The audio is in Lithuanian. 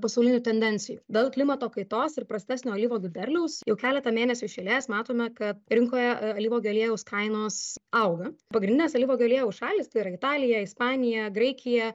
pasaulinių tendencijų dėl klimato kaitos ir prastesnio alyvuogių derliaus jau keletą mėnesių iš eilės matome kad rinkoje alyvuogių aliejaus kainos auga pagrindinės alyvuogių aliejaus šalys tai yra italija ispanija graikija